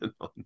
on